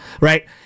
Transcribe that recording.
Right